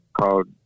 called